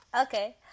Okay